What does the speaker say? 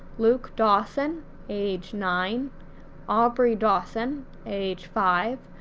luke dawson age nine aubrey dawson age five,